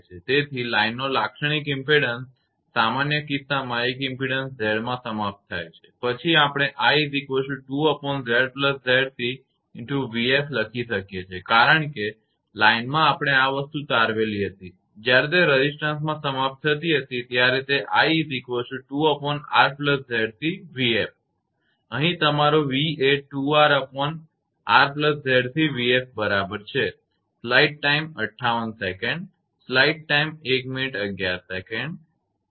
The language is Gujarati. તેથી લાઇનનો લાક્ષણિક ઇમપેડન્સ 𝑍𝑐 characteristic impedance 𝑍𝑐 સામાન્ય કિસ્સામાં એક ઇમપેડન્સ Z માં સમાપ્ત થાય છે પછી આપણે 𝑖 2𝑍𝑍𝑐𝑉𝑓 લખી શકીએ છીએ કારણ કે લાઇનમાં આપણે આ વસ્તુ તારવેલી હતી જયારે તે રેઝિસ્ટન્સમાં સમાપ્ત થતી હતી ત્યારે તે 𝑖 2𝑅𝑍𝑐𝑉𝑓 હતું અને અહીં તમારો v એ 2𝑅𝑅𝑍𝑐𝑉𝑓 બરાબર છે